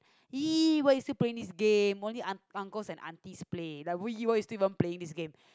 ee why you still playing this game only un~ uncles and aunties play like ee why you even playing this game